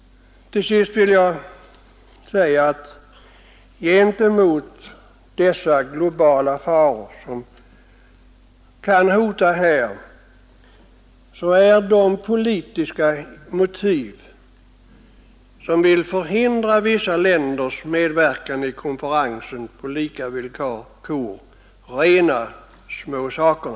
Till sist vill jag säga, att jämfört med de globala faror som här kan hota är de politiska motiven för att förhindra vissa länders medverkan i konferensen på lika villkor rena småsakerna.